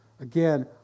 Again